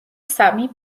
სამი